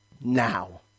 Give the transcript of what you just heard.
Now